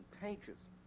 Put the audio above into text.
pages